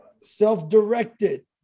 self-directed